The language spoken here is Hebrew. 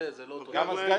זה לא אותו דבר.